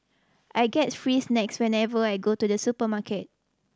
I get free snacks whenever I go to the supermarket